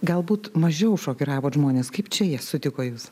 galbūt mažiau šokiravot žmones kaip čia jie sutiko jus